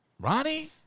Ronnie